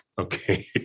okay